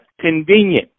convenient